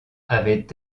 avait